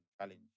challenge